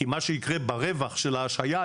כי מה שיקרה ברווח של השהייה,